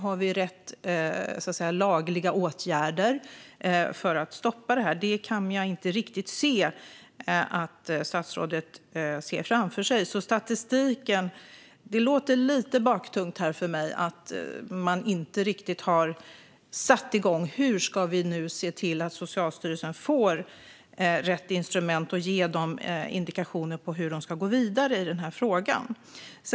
Har vi rätt lagliga åtgärder för att stoppa detta? Det kan jag inte riktigt se att statsrådet ser framför sig. När det gäller statistiken låter det lite baktungt för mig att man inte riktigt har satt igång. Hur ska vi se till att Socialstyrelsen får rätt instrument och ge dem indikationer om hur de ska gå vidare i den här frågan?